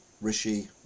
Rishi